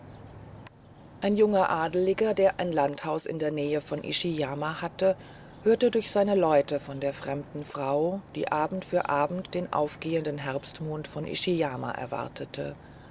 ein junger adliger der ein landhaus in der nähe von ishiyama hatte hörte durch seine leute von der fremden frau die abend für abend den aufgehenden herbstmond von ishiyama erwartete